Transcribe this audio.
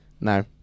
No